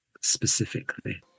specifically